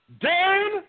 Dan